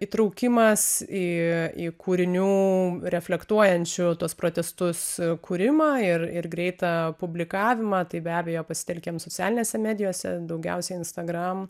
įtraukimas į į kūrinių reflektuojančių tuos protestus kūrimą ir ir greitą publikavimą tai be abejo pasitelkėm socialinėse medijose daugiausiai instagram